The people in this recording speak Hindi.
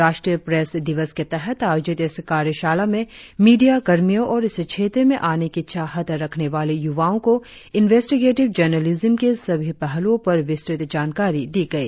राष्ट्रीय प्रेस दिवस के तहत आयोजित इस कार्यशाला में मीडिया कर्मियों और इस क्षेत्र में आने की चाहत रखने वाले युवाओ को इनवेस्टीगेटिव जर्नालिज्म के सभी पहलुओं पर विस्तृत जानकारी दी गई